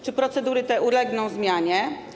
Czy procedury te ulegną zmianie?